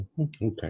Okay